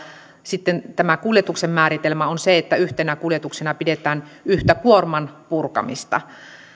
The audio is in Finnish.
sitten tämä kuljetuksen määritelmä on se että yhtenä kuljetuksena pidetään yhtä kuorman purkamista